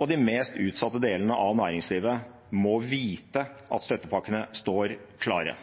og de mest utsatte delene av næringslivet må vite at støttepakkene står klare.